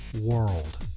world